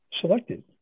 Selected